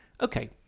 Okay